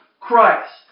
Christ